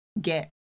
get